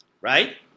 right